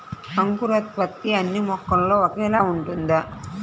అంకురోత్పత్తి అన్నీ మొక్కల్లో ఒకేలా ఉంటుందా?